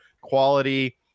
quality